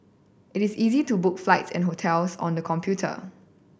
it is easy to book flights and hotels on the computer